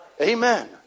Amen